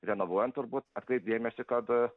renovuojant turbūt atkreipt dėmesį kad